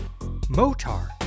Motar